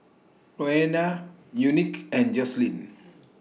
Roena Unique and Joselyn